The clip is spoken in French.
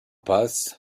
passent